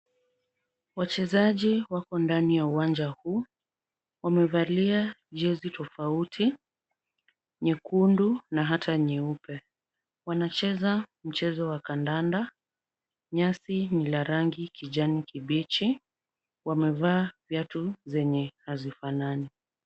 Wachezaji wako ndani ya uwanja huu. Wamevalia jesi tofauti. Nyekundu na hata nyeupe. Wanacheza mchezo wa kandanda. Nyasi ni la rangi kijani kibichi. Wamevaa viatu zenye hazifanani.